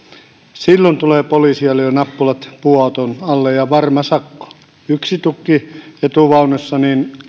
silloin tulee poliisi ja lyö nappulat puuauton alle ja varma sakko yksi tukki etuvaunussa